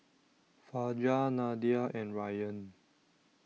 Fajar Nadia and Ryan